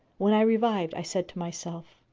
when i revived, i said to myself,